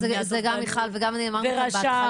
זה גם מיכל וגם אני אמרנו את זה בהתחלה,